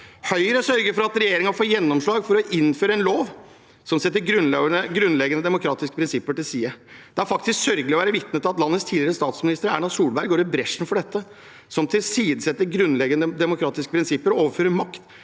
Høyre sørger for at regjeringen får gjennomslag for å innføre en lov som setter grunnleggende demokratiske prinsipper til side. Det er faktisk sørgelig å være vitne til at landets tidligere statsminister, Erna Solberg, går i bresjen for dette som tilsidesetter grunnleggende demokratiske prinsipper og overfører makt